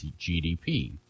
GDP